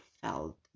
felt